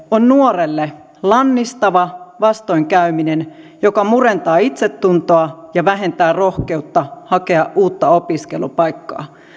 on nuorelle lannistava vastoinkäyminen joka murentaa itsetuntoa ja vähentää rohkeutta hakea uutta opiskelupaikkaa